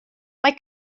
mae